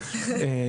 מאוד